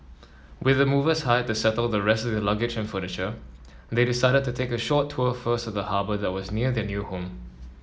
with the movers hired to settle the rest of their luggage and furniture they decided to take a short tour first of the harbour that was near their new home